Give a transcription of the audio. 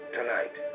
tonight